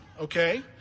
okay